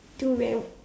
two round